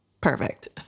Perfect